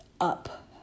up